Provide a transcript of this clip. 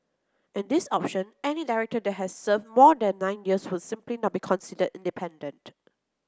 in this option any director that has served more than nine years would simply not be considered independent